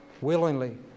willingly